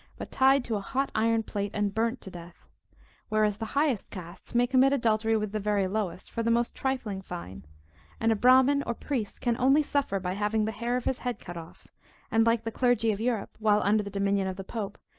but tied to a hot iron plate, and burnt to death whereas the highest casts may commit adultery with the very lowest, for the most trifling fine and a bramin, or priest, can only suffer by having the hair of his head cut off and, like the clergy of europe, while under the dominion of the pope,